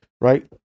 right